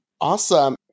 Awesome